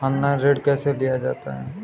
Online ऋण कैसे लिया जाता है?